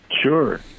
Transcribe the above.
Sure